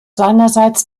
seinerseits